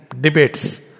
debates